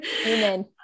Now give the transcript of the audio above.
Amen